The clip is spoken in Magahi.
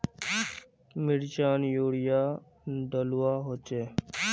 मिर्चान यूरिया डलुआ होचे?